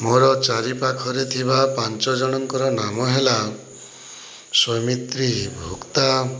ମୋର ଚାରିପାଖରେ ଥିବା ପାଞ୍ଚଜଣଙ୍କର ନାମ ହେଲା ସ୍ଵାମିତ୍ରି ଭୁକ୍ତା